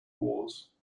wars